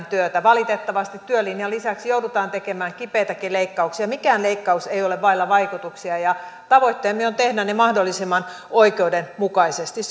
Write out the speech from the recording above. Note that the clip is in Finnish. työtä valitettavasti työlinjan lisäksi joudutaan tekemään kipeitäkin leikkauksia mikään leikkaus ei ole vailla vaikutuksia ja tavoitteemme on tehdä ne mahdollisimman oikeudenmukaisesti